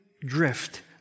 drift